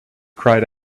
cried